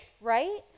right